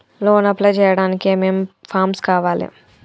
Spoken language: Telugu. లోన్ అప్లై చేయడానికి ఏం ఏం ఫామ్స్ కావాలే?